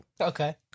Okay